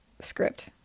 script